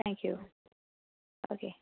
thank you okay